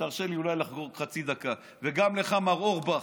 ותרשה לי אולי לחרוג חצי דקה, וגם לך, מר אורבך,